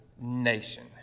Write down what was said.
nation